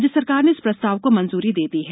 राज्य सरकार ने इस प्रस्ताव को मंजूरी दे दी है